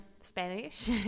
Spanish